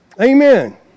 Amen